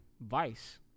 Vice